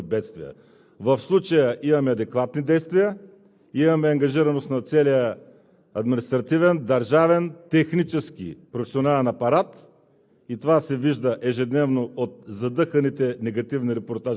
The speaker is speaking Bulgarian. неприятните проблеми и последствия от тези природни бедствия. В случая имаме адекватни действия, имаме ангажираност на целия административен, държавен, технически и професионален апарат